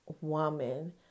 woman